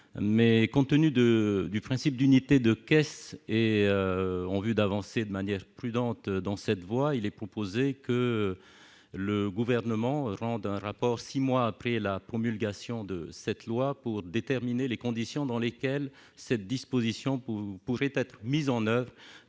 Compte tenu du principe d'unité de caisse et en vue d'avancer de manière prudente dans cette voie, il est proposé que le Gouvernement rende un rapport six mois après la promulgation de cette loi pour déterminer les conditions dans lesquelles cette disposition pourrait être mise en oeuvre.